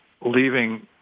leaving